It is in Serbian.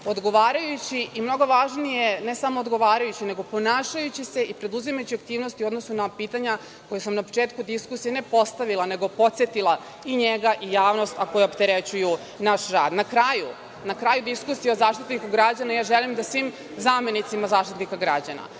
odgovarajući, i mnogo važnije, ne samo odgovarajući, nego ponašajući se i preduzimajući aktivnosti u odnosu na pitanja koja sam na početku diskusije ne postavila nego podsetila, i njega i javnost, a koja opterećuju naš rad. Na kraju diskusije o Zaštitniku građana, ja želim da svim zamenicima Zaštitnika građana,